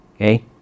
Okay